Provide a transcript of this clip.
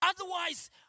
Otherwise